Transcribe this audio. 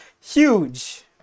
huge